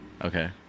Okay